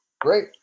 Great